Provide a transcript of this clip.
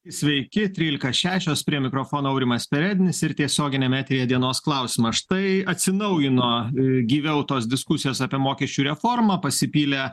sveiki trylika šešios prie mikrofono aurimas perednis ir tiesioginiame eteryje dienos klausimas štai atsinaujino gyviau tos diskusijos apie mokesčių reformą pasipylė